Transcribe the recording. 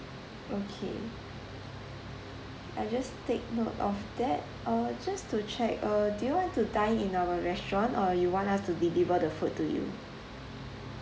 okay I'll just take note of that uh just to check uh do you want to dine in our restaurant or you want us to deliver the food to you